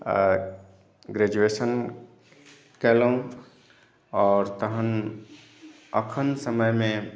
आ ग्रैजूएशन केलहुँ आओर तखन एखन समयमे